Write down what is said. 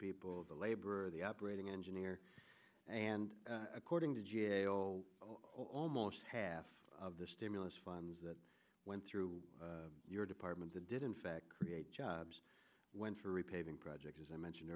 people the labor the operating engineer and according to g a o almost half of the stimulus funds that went through your department to did in fact create jobs went for repaving projects as i mentioned